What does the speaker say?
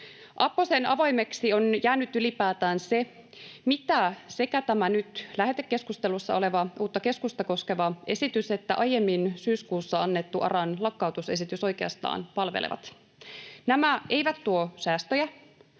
Apposen avoimeksi on jäänyt ylipäätään se, mitä sekä tämä nyt lähetekeskustelussa oleva, uutta keskusta koskeva esitys että aiemmin syyskuussa annettu ARAn lakkautusesitys oikeastaan palvelevat. Nämä eivät tuo säästöjä,